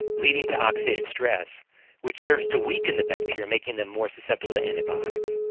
leading to oxidative stress which serves to weaken the bacteria, making them more susceptible to antibiotics.